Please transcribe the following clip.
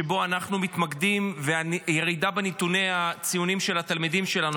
שבו אנחנו מתמקדים בירידה בנתוני הציונים של הילדים שלנו.